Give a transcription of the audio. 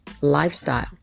lifestyle